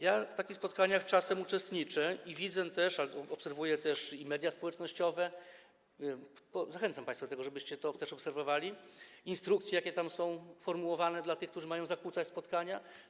Ja w takich spotkaniach czasem uczestniczę i też widzę to, obserwuję również media społecznościowe, zachęcam państwa do tego, żebyście też to obserwowali - instrukcje, jakie tam są formułowane dla tych, którzy mają zakłócać spotkania.